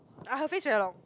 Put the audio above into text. ah her face very long